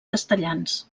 castellans